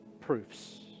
proofs